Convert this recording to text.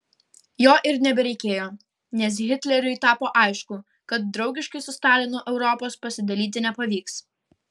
jo ir nebereikėjo nes hitleriui tapo aišku kad draugiškai su stalinu europos pasidalyti nepavyks